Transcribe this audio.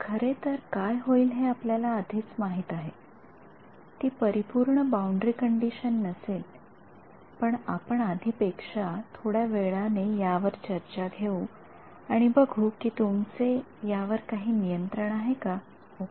खरेतर काय होईल हे आपल्याया आधीच माहित आहे ती परिपूर्ण बाउंडरी कंडिशन नसेल आपण आधी पेक्षा थोड्या वेळाने यावर चर्चा घेऊ आणि बघू कि तुमचे यावर काही नियंत्रण आहे का ओके